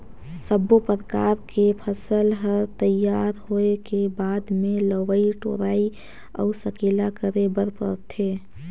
सब्बो परकर के फसल हर तइयार होए के बाद मे लवई टोराई अउ सकेला करे बर परथे